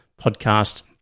podcast